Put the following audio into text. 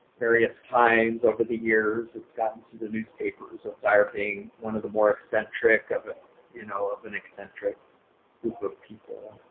various times over the years, it's gotten to the newspapers of dyar being one of the more eccentric of ah you know of an eccentric group of people.